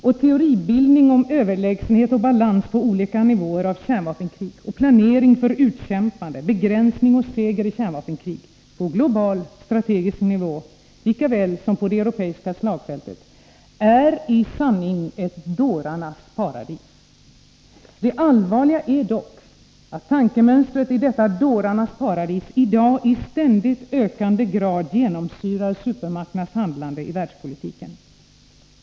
Och teoribildning om överlägsenhet och balans på olika nivåer av kärnvapenkrig och planeringen för utkämpande och begränsning av samt seger i kärnvapenkrig — på global, strategisk nivå lika väl som på det europeiska slagfältet — är i sanning ett uttryck för ”dårarnas paradis”. Det allvarliga är dock att tankemönstret i detta ”dårarnas paradis” i dag i ständigt ökande grad genomsyrar supermakternas handlande i världspolitiken.